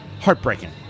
heartbreaking